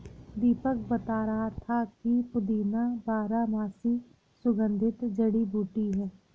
दीपक बता रहा था कि पुदीना बारहमासी सुगंधित जड़ी बूटी है